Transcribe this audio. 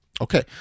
okay